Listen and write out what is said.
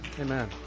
amen